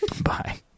Bye